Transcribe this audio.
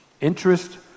Interest